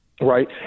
right